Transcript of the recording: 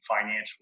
financial